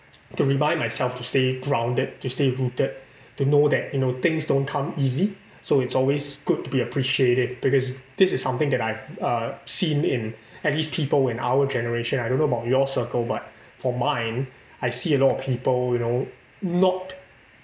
to remind myself to stay grounded to stay rooted to know that you know things don't come easy so it's always good to be appreciative because this is something that I've uh seen in at least people in our generation I don't know about your circle but for mine I see a lot of people you know not